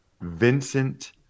Vincent